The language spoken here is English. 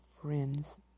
friends